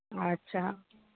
আচ্ছা